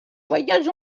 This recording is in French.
voyage